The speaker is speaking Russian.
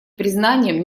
признанием